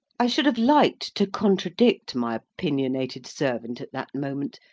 i should have liked to contradict my opinionated servant, at that moment.